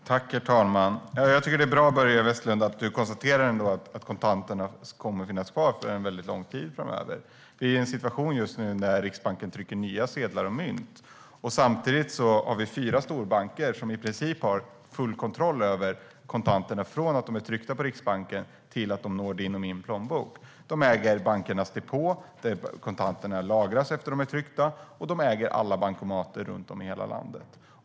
Herr talman! Det är bra, Börje Vestlund, att du konstaterar att kontanterna kommer att finnas kvar under en lång tid framöver. Vi är i en situation just nu att Riksbanken trycker nya sedlar och mynt, och samtidigt har vi fyra storbanker som i princip har full kontroll över kontanterna från att de är tryckta hos Riksbanken till att de når din och min plånbok. De här storbankerna äger bankernas depå där kontanterna lagras efter att de har tryckts, och de äger alla bankomater runt om i hela landet.